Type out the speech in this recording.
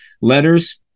letters